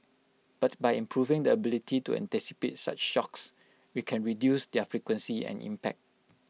but by improving the ability to anticipate such shocks we can reduce their frequency and impact